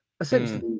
essentially